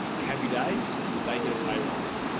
happy days they get a pay rise